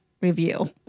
review